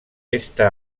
esta